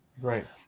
Right